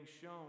shown